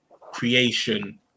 creation